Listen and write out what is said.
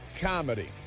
comedy